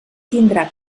tindrà